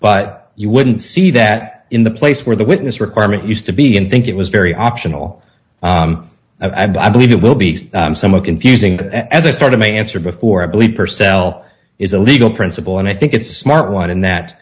but you wouldn't see that in the place where the witness requirement used to be and think it was very optional i believe it will be somewhat confusing as i started my answer before i believe purcell is a legal principle and i think it's a smart one in that